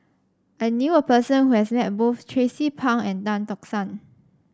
I knew a person who has met both Tracie Pang and Tan Tock San